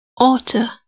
author